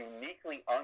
uniquely